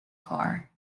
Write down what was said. car